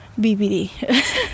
BBD